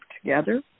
together